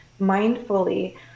mindfully